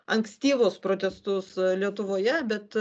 ankstyvus protestus lietuvoje bet